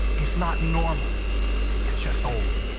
it's not normal it's just old.